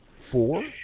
Four